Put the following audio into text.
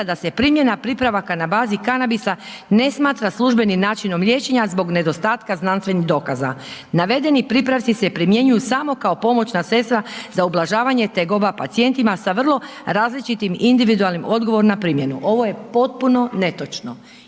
da se primjena pripravaka na bazi kanabisa ne smatra službenim načinom liječenja zbog nedostatka znanstvenih dokaza. Navedeni pripravci se primjenjuju samo kao pomoćna sredstva za ublažavanje tegoba pacijentima sa vrlo različitim individualnim odgovor na primjenu. Ovo je potpuno netočno